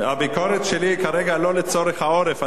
הביקורת שלי כרגע לא לצורך העורף.